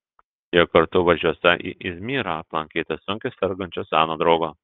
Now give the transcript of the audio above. jie kartu važiuosią į izmyrą aplankyti sunkiai sergančio seno draugo